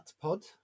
Pod